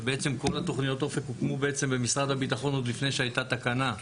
ובעצם כל תוכניות אופק הוקמו בעצם במשרד הביטחון עוד לפני שהייתה תקנה.